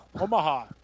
Omaha